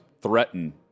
threaten